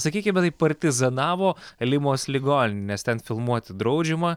sakykime taip partizanavo limos ligonines ten filmuoti draudžiama